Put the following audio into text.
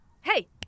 Hey